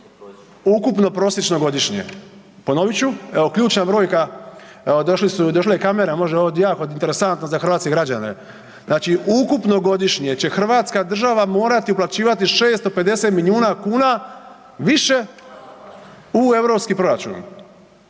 ukupno prosječno godišnje. Ponovit ću evo ključna brojka, evo došli su, došla je kamera možda je ovo jako interesantno za hrvatske građane, znači ukupno godišnje će Hrvatska država morati uplaćivati 650 milijuna kuna više u europski proračun,